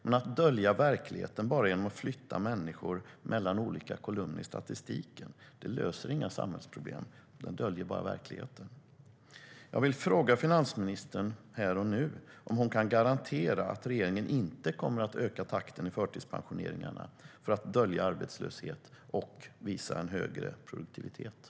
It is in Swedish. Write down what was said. Men att dölja verkligheten bara genom att flytta människor mellan olika kolumner i statistiken löser inga samhällsproblem. Det döljer bara verkligheten.